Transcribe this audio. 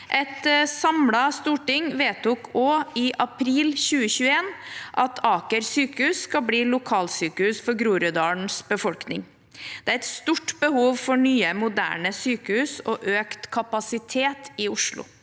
Et samlet Storting vedtok også i april 2021 at Aker sykehus skal bli lokalsykehus for Groruddalens befolkning. Det er et stort behov for nye moderne sykehus og økt kapasitet i Oslo.